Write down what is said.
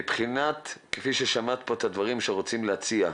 מבחינת, כפי ששמעת פה הדברים שרוצים להציע,